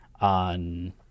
on